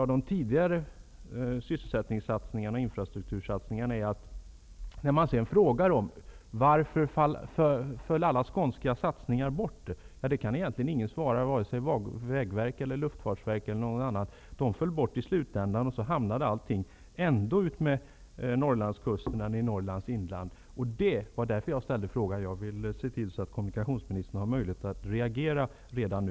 Mina tidigare erfarenheter av infrastruktur och sysselsättningssatsningar är att varken Vägverket, Luftfartsverket eller någon annan kan svara på frågan varför alla planerade satsningar för Skåne föll bort i slutänden och satsningarna i stället hamnade utmed Norrlandskusten eller i Norrlands inland. Jag har ställt frågan för att kommunikationsministern skall få möjlighet att reagera redan nu.